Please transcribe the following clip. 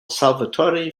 salvatore